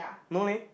no leh